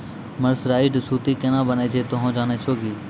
mercerised सूती केना बनै छै तोहों जाने छौ कि